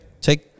Take